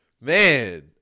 Man